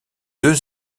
deux